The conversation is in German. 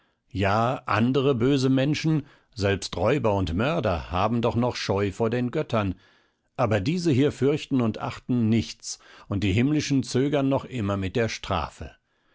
ja andere böse menschen selbst räuber und mörder haben doch noch scheu vor den göttern aber diese hier fürchten und achten nichts und die himmlischen zögern noch immer mit der strafe